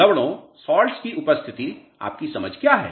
लवणों की उपस्थिति आपकी समझ क्या है